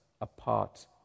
apart